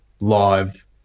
live